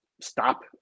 stop